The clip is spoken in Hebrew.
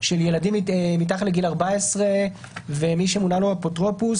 של ילדים מתחת לגיל 14 ומי שמונה לו אפוטרופוס